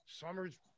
summer's